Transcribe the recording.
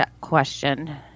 question